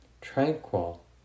tranquil